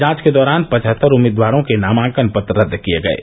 जांच के दौरान पचहत्तर उम्मीदवारों के नामांकन पत्र रद्द किये गये हैं